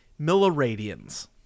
milliradians